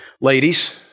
ladies